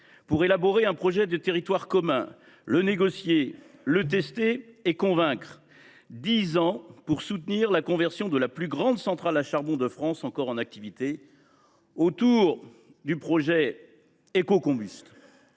pour élaborer un projet de territoire commun, le négocier, le tester et convaincre. Dix ans pour soutenir la conversion de la plus grande centrale à charbon de France encore en activité autour du projet Ecocombust.